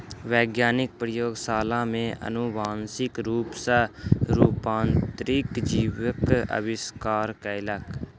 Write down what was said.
वैज्ञानिक प्रयोगशाला में अनुवांशिक रूप सॅ रूपांतरित जीवक आविष्कार कयलक